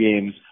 games